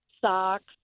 socks